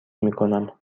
میکنم